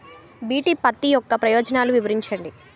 BT పత్తి యొక్క ప్రయోజనాలను వివరించండి?